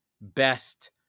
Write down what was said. best